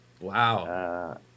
Wow